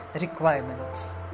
requirements